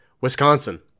Wisconsin